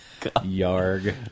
Yarg